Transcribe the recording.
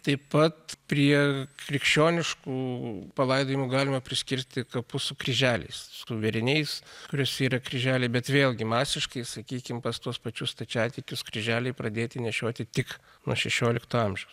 taip pat prie krikščioniškų palaidojimų galima priskirti kapus su kryželiais su vėriniais kuris yra kryželiai bet vėlgi masiškai sakykim pas tuos pačius stačiatikius kryželiai pradėti nešioti tik nuo šešiolikto amžiaus